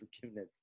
forgiveness